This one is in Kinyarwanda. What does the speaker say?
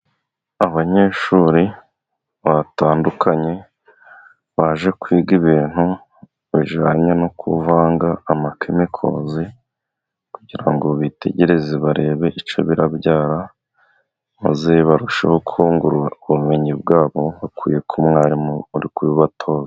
Abanyeshuri batandukanye baje kwiga ibintu bijyanye no kuvanga amakemikozi, kugira ngo bitegereze barebe icyo birabyara maze barusheho kungura ubumenyi bwabo bukuye ku mwarimu uri kubibatoza.